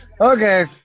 Okay